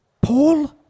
Paul